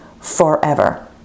forever